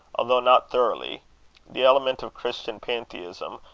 although not thoroughly the element of christian pantheism,